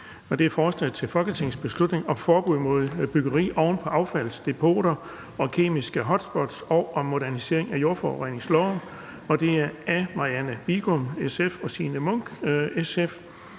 B 74: Forslag til folketingsbeslutning om forbud mod byggeri oven på affaldsdepoter og kemiske hotspot og om modernisering af jordforureningsloven. Af Marianne Bigum (SF) og Signe Munk (SF).